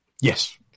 Yes